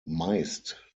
meist